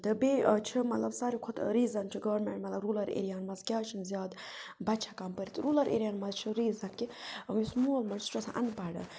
تہٕ بیٚیہِ چھِ مطلب ساروی کھۄتہٕ ریٖزَن چھِ گورمٮ۪نٛٹ مطلب روٗلَر ایریاہَن منٛز کیٛازِ چھِنہٕ زیادٕ بَچہِ ہیٚکان پٔرِتھ روٗلَر ایریاہَن مَنٛز چھِ ریٖزَن کہِ یُس مول منٛز سُہ چھُ آسان اَن پَڑھ